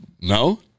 No